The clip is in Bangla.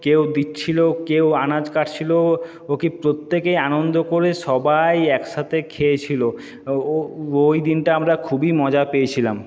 কেউ দিচ্ছিলো কেউ আনাজ কাটছিলো ওকে প্রত্যেকে আনন্দ করে সবাই একসাথে খেয়েছিলো ওই দিনটা আমরা খুবই মজা পেয়েছিলাম